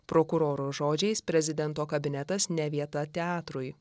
prokuroro žodžiais prezidento kabinetas ne vieta teatrui